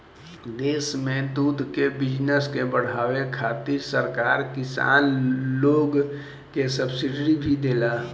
देश में दूध के बिजनस के बाढ़ावे खातिर सरकार किसान लोग के सब्सिडी भी देला